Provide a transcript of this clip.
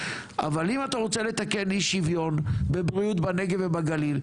אבל אם אתה רוצה לתקן אי-שוויון בבריאות בנגב ובגליל,